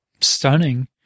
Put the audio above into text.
stunning